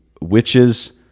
witches